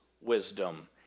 wisdom